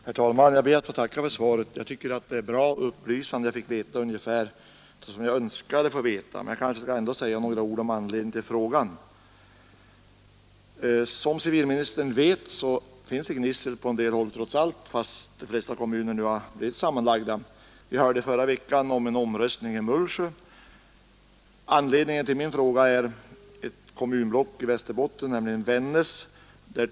Herr talman! Jag ber att få tacka för svaret. Jag tycker att det är bra och upplysande. Jag fick veta ungefär vad jag önskade få veta. Jag kanske ändå skall säga några ord om anledningen till min fråga. Som civilministern vet gnisslar det på en del håll trots allt, även om de flesta kommuner fått sin sammanläggning ordnad. Vi hörde i förra veckan talas om en omröstning i Mullsjö. Anledningen till min fråga nu är en sammanslagning av ett kommunblock i Västerbotten, nämligen Vännäs.